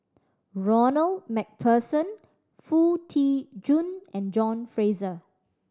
Ronald Macpherson Foo Tee Jun and John Fraser